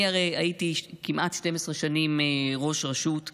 אני הרי הייתי כמעט 12 שנים ראש רשות,